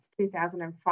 2005